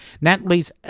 Natalie's